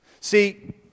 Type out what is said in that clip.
See